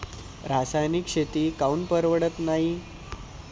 रासायनिक शेती काऊन परवडत नाई?